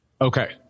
okay